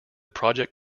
project